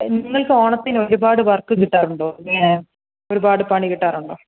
നിങ്ങൾക്ക് ഓണത്തിന് ഒരുപാട് വർക്ക് കിട്ടാറുണ്ടോ ഒരുപാട് പണി കിട്ടാറുണ്ടോ